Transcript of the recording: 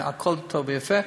הכול טוב ויפה,